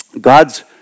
God's